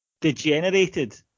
degenerated